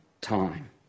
time